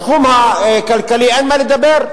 בתחום הכלכלי אין מה לדבר.